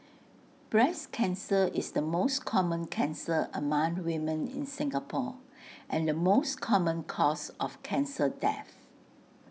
breast cancer is the most common cancer among women in Singapore and the most common cause of cancer death